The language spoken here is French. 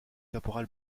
caporal